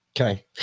Okay